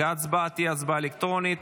ההצבעה תהיה הצבעה אלקטרונית.